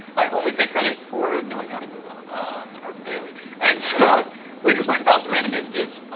i only take credit for knowing how to google or barely. and so we just went found some random images.